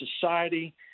society